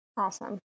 Awesome